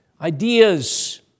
Ideas